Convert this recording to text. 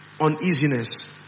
Uneasiness